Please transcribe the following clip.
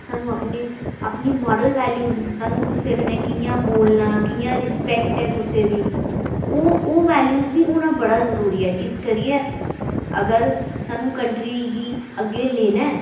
सानूं अपने अपनी मोरल वैल्यूज सानूं कुसै कन्नै कि'यां बोलनां कि'यां रिस्पेक्ट ऐ कुसै दी ओह् ओह् वैल्यूज बी होना बड़ा जरूरी ऐ इस करियै अगर सानूं कंट्री गी अग्गें लेना ऐ